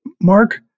Mark